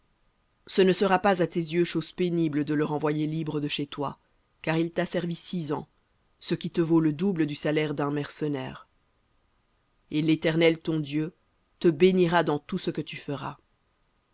ce ne sera pas à tes yeux chose pénible de le renvoyer libre de chez toi car il t'a servi six ans le double du salaire d'un mercenaire et l'éternel ton dieu te bénira dans tout ce que tu feras